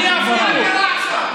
מה קרה עכשיו?